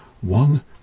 one